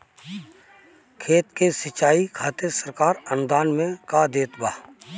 खेत के सिचाई खातिर सरकार अनुदान में का देत बा?